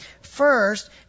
First